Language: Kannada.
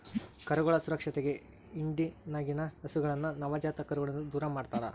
ಕರುಗಳ ಸುರಕ್ಷತೆಗೆ ಹಿಂಡಿನಗಿನ ಹಸುಗಳನ್ನ ನವಜಾತ ಕರುಗಳಿಂದ ದೂರಮಾಡ್ತರಾ